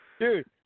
Dude